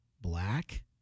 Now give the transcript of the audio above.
black